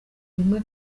rimwe